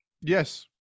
yes